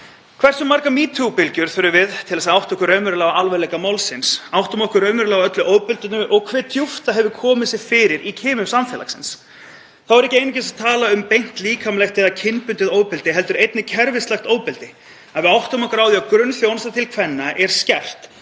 Hversu margar metoo-bylgjur þurfum við til þess að átta okkur raunverulega á alvarleika málsins, átta okkur raunverulega á öllu ofbeldinu og hve djúpt það hefur komið sér fyrir í kimum samfélagsins? Þá er ég ekki einungis að tala um beint líkamlegt eða kynbundið ofbeldi heldur einnig kerfislægt ofbeldi, að við áttum okkur á því að grunnþjónusta til kvenna er skert,